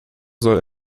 soll